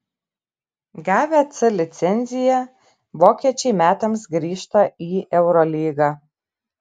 gavę c licenciją vokiečiai metams grįžta į eurolygą